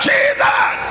Jesus